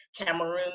Cameroon